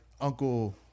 uncle